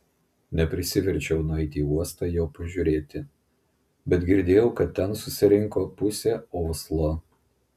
neprisiverčiau nueiti į uostą jo pažiūrėti bet girdėjau kad ten susirinko pusė oslo